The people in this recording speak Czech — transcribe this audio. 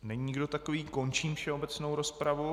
Není nikdo takový, končím všeobecnou rozpravu.